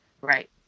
right